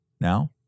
Now